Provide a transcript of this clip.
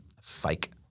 fake